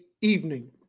evening